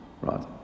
Right